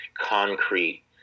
concrete